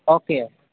okay ਹੈ